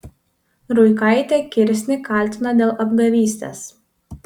ruikaitė kirsnį kaltino dėl apgavystės